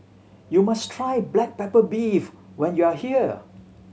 you must try black pepper beef when you are here